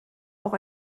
auch